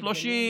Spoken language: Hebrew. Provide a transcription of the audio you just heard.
30,